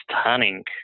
stunning